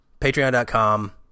patreon.com